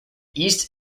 east